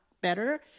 better